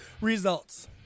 Results